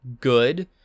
good